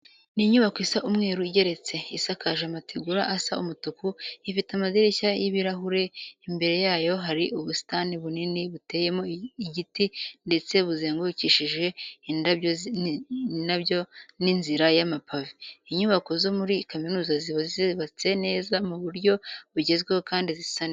Ni inyubako isa umweru igeretse, isakaje amategura asa umutuku, ifite amadirishya y'ibirahure. Imbere yayo hari ubusitani bunini buteyemo igiti ndetse buzengurukishije indabyo n'inzira y'amapave. Inyubako zo muri kaminuza ziba zubatse neza mu buryo bugezweho kandi zisa neza.